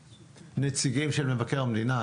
הנציגים של מבקר המדינה.